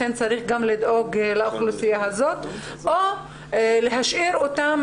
צריך גם לדאוג לאוכלוסייה הזאת או להשאיר אותן